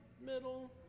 middle